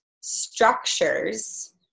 structures